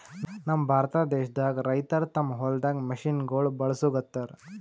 ನಮ್ ಭಾರತ ದೇಶದಾಗ್ ರೈತರ್ ತಮ್ಮ್ ಹೊಲ್ದಾಗ್ ಮಷಿನಗೋಳ್ ಬಳಸುಗತ್ತರ್